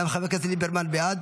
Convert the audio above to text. גם חבר הכנסת ליברמן בעד.